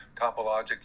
topologically